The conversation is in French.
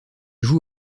joue